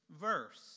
verse